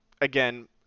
again